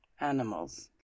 animals